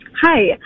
Hi